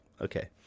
Okay